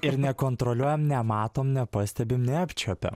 ir nekontroliuojam nematom nepastebim neapčiuopiam